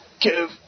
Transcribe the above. Give